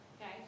Okay